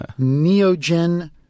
Neogen